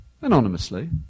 anonymously